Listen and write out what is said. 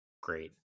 great